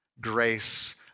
Grace